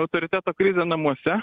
autoriteto krizę namuose